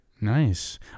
Nice